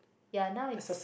ya now is